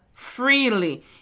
freely